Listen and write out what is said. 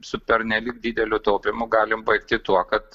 su pernelyg dideliu taupymu galim baigti tuo kad